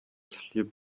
sleep